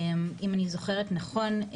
אם אני זוכרת נכון,